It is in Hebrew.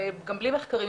וגם בלי מחקרים,